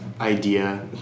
idea